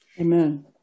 Amen